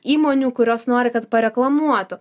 įmonių kurios nori kad pareklamuotų